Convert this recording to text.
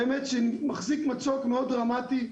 באמת שמחזיק מצוק מאוד דרמטי,